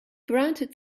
granted